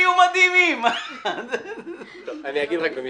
זה ברור, אני אתכם.